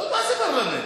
לא, מה זה פרלמנט?